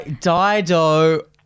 Dido